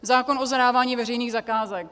Zákon o zadávání veřejných zakázek.